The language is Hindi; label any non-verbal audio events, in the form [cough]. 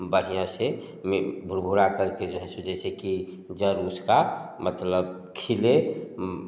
बढ़िया से [unintelligible] कर के जो है सो जैसे कि जल उसका मतलब खिले